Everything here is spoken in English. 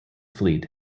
fleet